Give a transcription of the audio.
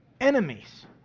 enemies